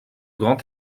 grand